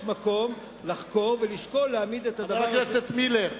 יש מקום לחקור ולשקול ולהעמיד את האדם הזה לדין.